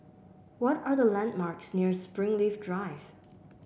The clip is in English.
what are the landmarks near Springleaf Drive